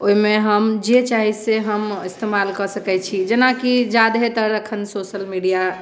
ओहिमे हम जे चाही से हम इस्तेमाल कऽ सकैत छी जेना कि ज्यादहेतर एखन सोशल मीडिया